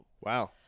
Wow